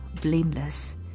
blameless